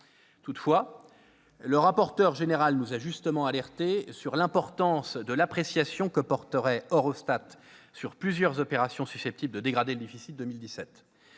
Toutefois, le rapporteur général nous a justement alertés sur l'importance de l'appréciation que porterait Eurostat sur plusieurs opérations susceptibles de dégrader le déficit 2017.